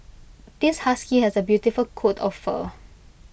this husky has A beautiful coat of fur